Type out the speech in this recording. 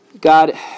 God